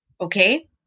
Okay